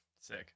Sick